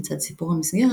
לצד סיפור המסגרת,